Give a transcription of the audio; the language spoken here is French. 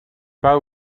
pas